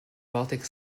baltic